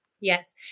Yes